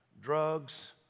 drugs